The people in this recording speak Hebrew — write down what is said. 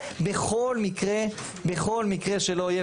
בכל מקרה שלא יהיה,